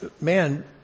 man